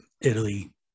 Italy